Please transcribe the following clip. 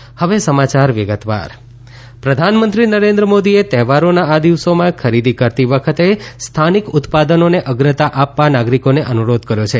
મન કી બાત પ્રધાનમંત્રી નરેન્દ્ર મોદીએ તહેવારોના આ દિવસોમાં ખરીદી કરતી વખતે સ્થાનિક ઉત્પાદનોને અગ્રતા આપવા નાગરિકોને અનુરોધ કર્યો છે